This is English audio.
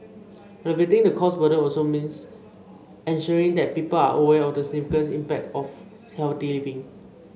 alleviating the cost burden also means ensuring that people are aware of the significance and impact of healthy living